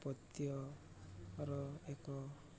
ପଦ୍ୟ ର ଏକ